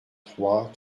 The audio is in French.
trois